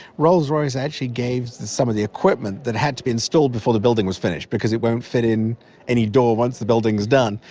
rolls-royce actually gave some of the equipment that had to be installed before the building was finished because it won't fit in any door once the building is done.